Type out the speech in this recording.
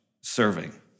serving